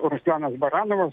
ruslanas baranovas